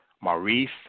Maurice